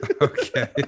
Okay